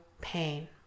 pain